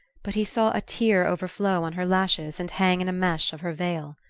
but he saw a tear overflow on her lashes and hang in a mesh of her veil.